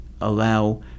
allow